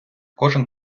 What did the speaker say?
кожен